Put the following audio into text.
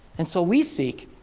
and so we seek,